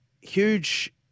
huge